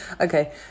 Okay